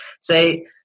say